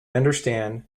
understand